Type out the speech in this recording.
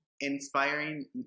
Inspiring